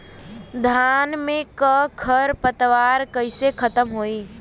धान में क खर पतवार कईसे खत्म होई?